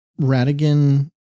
Radigan